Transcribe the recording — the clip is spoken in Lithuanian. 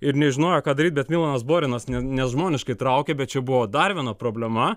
ir nežinojo ką daryt bet milanas borinas ne nežmoniškai traukė bet čia buvo dar viena problema